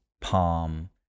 palm